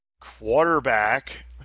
Quarterback